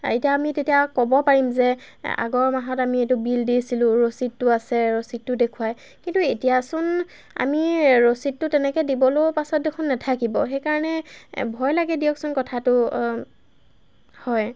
এতিয়া আমি তেতিয়া ক'ব পাৰিম যে আগৰ মাহত আমি এইটো বিল দিছিলোঁ ৰচিদটো আছে ৰচিদটো দেখুৱায় কিন্তু এতিয়াচোন আমি ৰচিদটো তেনেকৈ দিবলৈ পাছত দেখোন নাথাকিব সেইকাৰণে ভয় লাগে দিয়কচোন কথাটো হয়